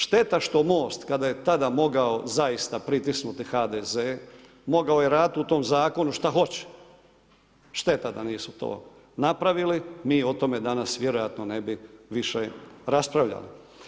Šteta što MOST kada je tada mogao zaista pritisnuti HDZ mogao je raditi u tom zakonu šta hoće, šteta da nisu to napravili, mi o tome danas vjerojatno ne bi više raspravljali.